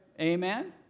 Amen